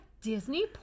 Disney